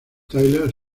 tyler